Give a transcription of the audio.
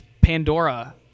Pandora